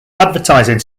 advertising